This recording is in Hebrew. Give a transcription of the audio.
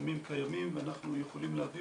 ההסכמים קיימים ואנחנו יכולים להביא